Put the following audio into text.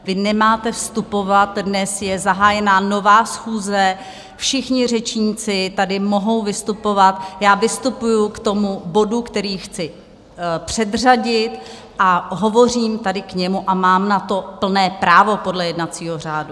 Vy nemáte vstupovat, dnes je zahájena nová schůze, všichni řečníci tady mohou vystupovat, já vystupuji k tomu bodu, který chci předřadit, hovořím tady k němu a mám na to plné právo podle jednacího řádu.